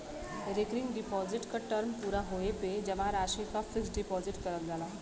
recurring deposit क term पूरा होये पे जमा राशि क फिक्स्ड डिपाजिट करल जाला